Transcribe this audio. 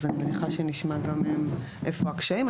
אז אני מניחה שנשמע גם איפה הקשיים.